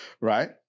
Right